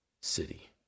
city